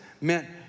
meant